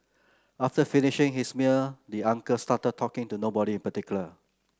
after finishing his meal the uncle started talking to nobody in particular